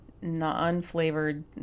non-flavored